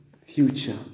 future